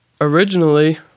Originally